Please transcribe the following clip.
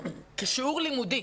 זה כשיעור לימודי.